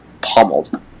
pummeled